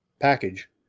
package